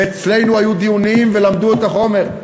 ואצלנו היו דיונים ולמדו את החומר,